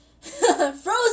Frozen